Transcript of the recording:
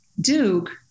Duke